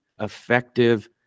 effective